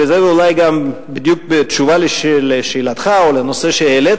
וזה אולי גם בדיוק בתשובה לשאלתך או לנושא שהעלית,